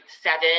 Seven